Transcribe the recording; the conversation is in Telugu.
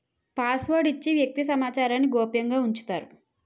పాస్వర్డ్ ఇచ్చి వ్యక్తి సమాచారాన్ని గోప్యంగా ఉంచుతారు